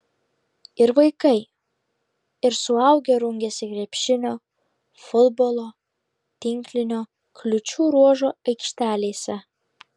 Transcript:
ir vaikai ir suaugę rungėsi krepšinio futbolo tinklinio kliūčių ruožo aikštelėse